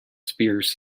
spears